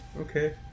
Okay